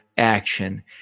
action